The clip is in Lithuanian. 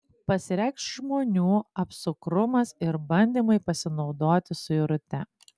pasireikš žmonių apsukrumas ir bandymai pasinaudoti suirute